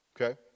okay